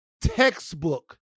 textbook